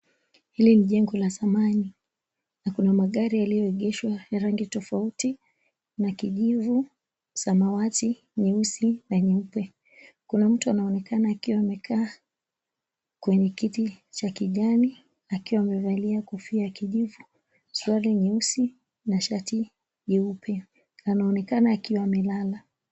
Hili ni jengo la zamani, na kuna magari yaliyoegeshwa ya rangi tofauti. Kuna kijivu, samawati, nyeusi na nyeupe. Kuna mtu anaonekana akiwa amekaa kwenye kiti cha kijani, akiwa amevalia kofia ya kijivu, suruali nyeusi, na shati jeupe. Anaonekana akiwa amelala.